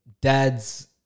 dads